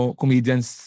comedians